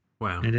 Wow